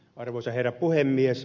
arvoisa herra puhemies